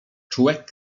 człek